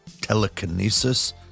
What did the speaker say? telekinesis